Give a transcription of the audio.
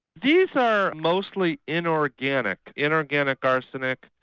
these are mostly inorganic, inorganic arsenic,